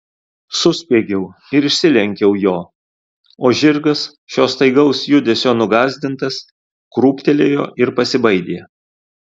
suspiegiau ir išsilenkiau jo o žirgas šio staigaus judesio nugąsdintas krūptelėjo ir pasibaidė